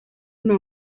nta